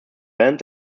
band